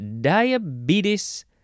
diabetes